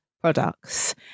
products